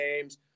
games